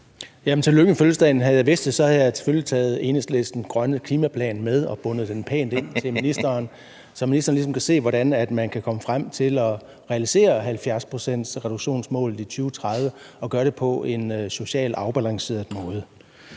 tillykke med fødselsdagen. Havde jeg vidst det, havde jeg selvfølgelig taget Enhedslistens grønne klimaplan med og bundet den pænt ind til ministeren. Så kunne ministeren ligesom se, hvordan man kan komme frem til at realisere 70-procentsreduktionsmålet i 2030 og gøre det på en socialt afbalanceret måde.